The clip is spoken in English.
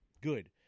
good